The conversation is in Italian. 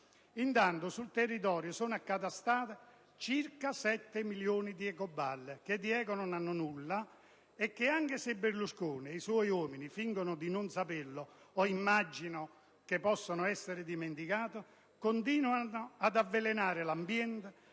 Intanto, sul territorio sono accatastati circa sette milioni di ecoballe, che di eco non hanno nulla e, anche se Berlusconi e i suoi uomini fingono di non saperlo o immaginano che possano essere dimenticate, continuano ad avvelenare l'ambiente